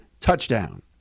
TOUCHDOWN